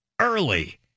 early